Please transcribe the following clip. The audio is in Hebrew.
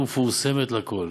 ומפורסמת לכול.